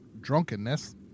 drunkenness